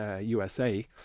USA